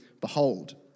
behold